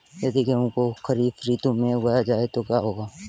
यदि गेहूँ को खरीफ ऋतु में उगाया जाए तो क्या होगा?